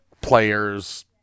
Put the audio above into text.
players